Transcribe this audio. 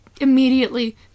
immediately